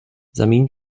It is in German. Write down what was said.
samin